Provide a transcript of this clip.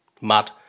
Mad